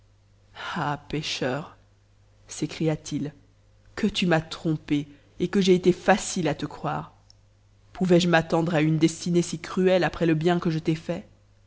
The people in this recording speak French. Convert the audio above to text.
ah pécheur sécria t h que tu m'as trompé et que j'ai été facile à te ft'ore pouvais-je m'attendre à une destinée si cruelle après le bien que js ta fait